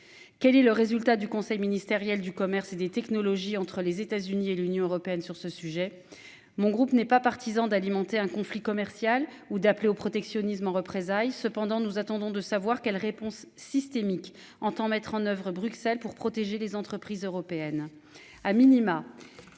Quel est le résultat du conseil ministériel du commerce et des technologies entre les États-Unis et l'Union européenne sur ce sujet. Mon groupe n'est pas partisan d'alimenter un conflit commercial ou d'appeler au protectionnisme en représailles. Cependant, nous attendons de savoir quelle réponse systémique entend mettre en oeuvre. Bruxelles pour protéger les entreprises européennes